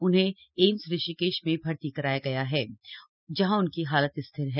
उन्हें एम्स ऋषिकेश में भर्ती कराया गया है जहां उनकी हालत स्थिर है